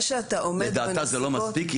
שאתה עומד בנסיבות --- לדעתה זה לא מספיק.